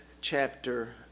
chapter